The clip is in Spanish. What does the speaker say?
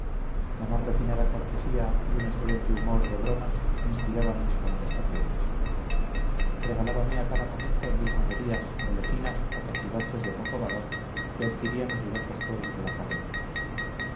la más refinada cortesía y un excelente humor de bromas inspiraban mis contestaciones regalábame a cada momento mil monerías golosinas o cachivaches de poco valor que adquiría en los diversos pueblos de la carrera